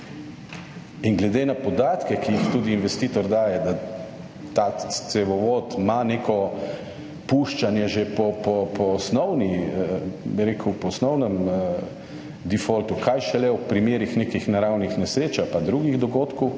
in glede na podatke, ki jih tudi investitor daje, da ta cevovod ima neko puščanje že po osnovni, bi rekel, po osnovnem »defaltu«, kaj šele v primerih nekih naravnih nesreč ali pa drugih dogodkov,